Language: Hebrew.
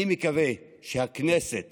אני מקווה שהכנסת